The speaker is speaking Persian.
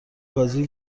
بازی